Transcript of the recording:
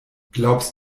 glaubst